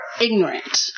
ignorant